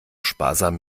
sparsam